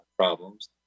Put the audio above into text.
Problems